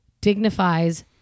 dignifies